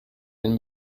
den